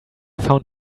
found